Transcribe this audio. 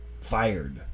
Fired